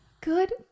Good